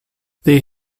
they